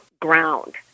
ground